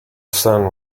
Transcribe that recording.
sun